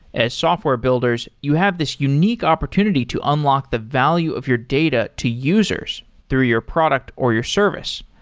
as software builders, you have this unique opportunity to unlock the value of your data to users through your product or your service.